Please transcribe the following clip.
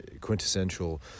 quintessential